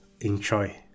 enjoy